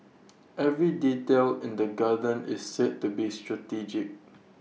every detail in the garden is said to be strategic